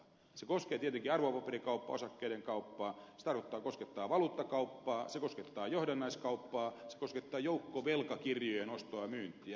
se koskee tietenkin arvopaperikauppaa osakkeiden kauppaa se koskettaa valuuttakauppaa se koskettaa johdannaiskauppaa se koskettaa joukkovelkakirjojen ostoa ja myyntiä